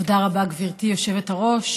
תודה רבה, גברתי היושבת-ראש.